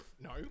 No